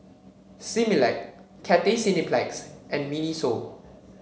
Similac Cathay Cineplex and Miniso